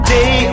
Day